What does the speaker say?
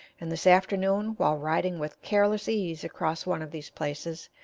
and this afternoon, while riding with careless ease across one of these places,